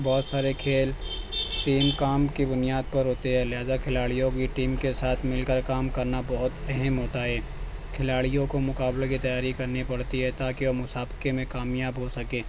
بہت سارے کھیل تین کام کی بنیاد پر ہوتے ہے لہٰذا کھلاڑیوں کی ٹیم کے ساتھ مل کر کام کرنا بہت اہم ہوتا ہے کھلاڑیوں کو مقابلے کی تیاری کرنی پڑتی ہے تا کہ وہ مسابقے میں کامیاب ہو سکیں